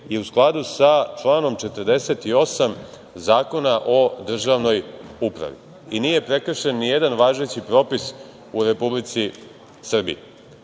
i u skladu sa članom 48. Zakona o državnoj upravi i nije prekršen nijedan važeći propis u Republici Srbiji. Ono